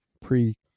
pre